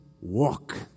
walk